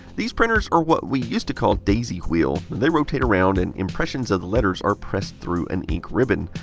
these printers are what we used to call daisy wheel. they rotate around and impressions of the letters are pressed through an ink ribbon.